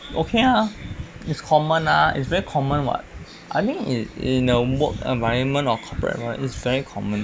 okay ah is common ah is very common [what] I mean in in a work environment or cooperate work is very common